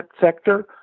sector